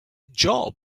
job